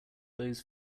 those